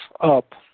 up